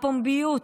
פומבית,